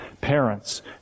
Parents